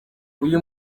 uyu